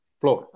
floor